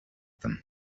them